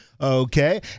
okay